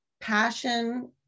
Passion